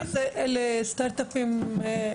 יש לכם מידע על סטארט-אפים ישראלים